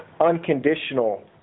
unconditional